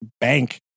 bank